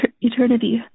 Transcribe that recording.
eternity